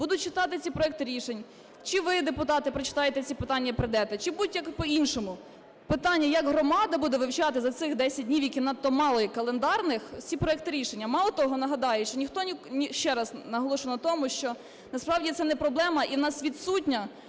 будуть читати ці проекти рішень? Чи ви, депутати, прочитаєте ці питання і прийдете, чи будь-як по-іншому? Питання, як громада буде вивчати за цих 10 днів, яких надто мало, календарних ці проекти рішення? Мало того, нагадаю, що ніхто… Ще раз наголошу на тому, що насправді це не проблема, і у нас відсутня